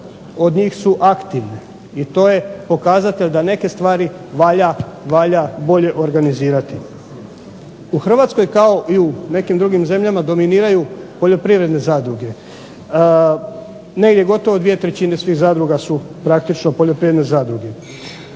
od njih su aktivne i to je pokazatelj da neke stvari valja bolje organizirati. U Hrvatskoj kao i u nekim drugim zemljama dominiraju poljoprivredne zadruge, negdje gotovo 2/3 svih zadruga su praktično poljoprivredne zadruge.